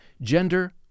gender